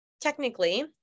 Technically